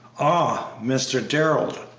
ah, mr. darrell,